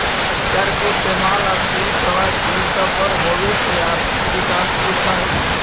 कर के इस्तेमाल स्कूल, सड़क ई सब पर होबे से आर्थिक विकास दिख हई